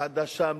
ועדה שם,